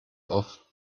oft